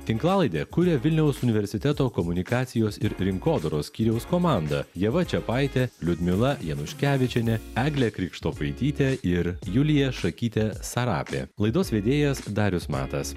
tinklalaidę kuria vilniaus universiteto komunikacijos ir rinkodaros skyriaus komanda ieva čiapaitė liudmila januškevičienė eglė krikštopaitytė ir julija šakytė sarapė laidos vedėjas darius matas